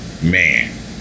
Man